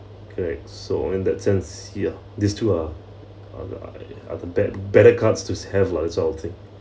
correct so in that sense ya these two are uh are the bet~ better cards to have lah that sort of thing